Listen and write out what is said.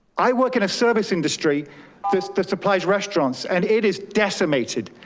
i work in a service industry that supplies, restaurants, and it is decimated,